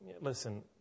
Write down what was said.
listen